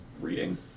reading